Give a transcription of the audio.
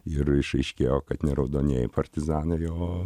ir išaiškėjo kad ne raudonieji partizanai o